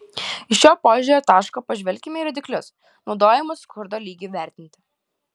iš šio požiūrio taško pažvelkime į rodiklius naudojamus skurdo lygiui vertinti